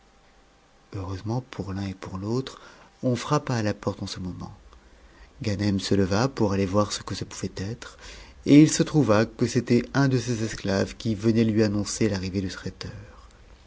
heureusement pour l'un et pour l'autre on frappa à la porte en ce mo ment ganem se leva pour aller voir ce que ce pouvait être et it se trouva que c'était un de ses esclaves qui venait lui annoncer l'arrivée du traiteur